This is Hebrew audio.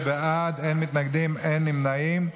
19 בעד, אין מתנגדים, אין נמנעים.